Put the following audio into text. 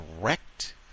direct